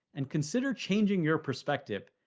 and consider changing your perspective.